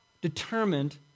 determined